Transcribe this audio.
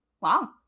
wow